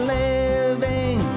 living